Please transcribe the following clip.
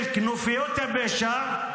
של כנופיות הפשע.